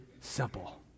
simple